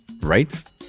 right